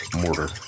mortar